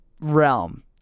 realm